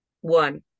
One